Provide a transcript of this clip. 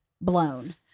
blown